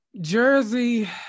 Jersey